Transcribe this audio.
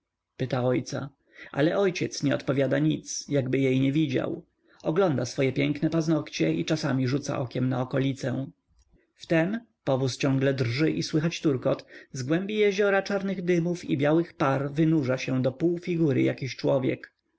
pyta ojca ale ojciec nie odpowiada nic jakby jej nie widział ogląda swoje piękne paznogcie i czasami rzuca okiem na okolicę wtem powóz ciągle drży i słychać turkot z głębi jeziora czarnych dymów i białych par wynurza się do pół figury jakiś człowiek